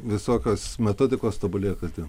visokios metodikos tobulėja kasdien